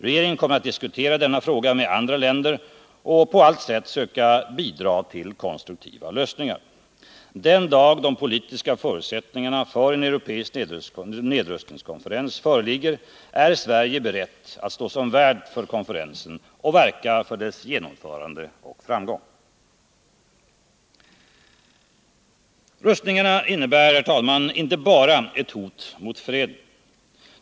Regeringen kommer att diskutera denna fråga med andra länders regeringar och på allt sätt söka bidra till konstruktiva lösningar. Den dag de politiska förutsättningarna för en europeisk nedrustningskonferens föreligger är Sverige berett att stå som värd för konferensen och verka för dess genomförande och framgång. Rustningarna innebär, herr talman, inte bara ett hot mot freden.